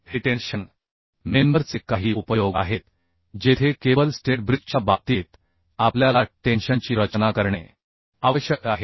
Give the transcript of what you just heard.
हे टेन्शन मेंबरचे काही उपयोग आहेत जेथे केबल स्टेट ब्रिजच्या बाबतीत आपल्याला टेन्शनची रचना करणे आवश्यक आहे